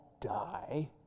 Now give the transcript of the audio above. die